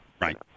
Right